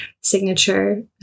signature